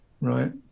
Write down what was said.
right